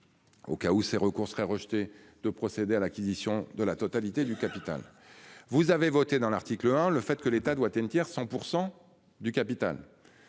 Au cas où ces recours serait rejetée de procéder à l'acquisition de la totalité du capital. Vous avez voté dans l'article 1, le fait que l'État doit un tiers 100% du capital.